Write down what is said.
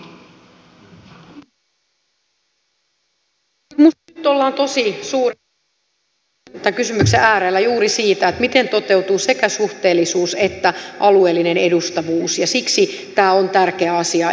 minusta nyt ollaan tosi suuren luokan kysymyksen äärellä juuri siinä miten toteutuu sekä suhteellisuus että alueellinen edustavuus ja siksi tämä on tärkeä asia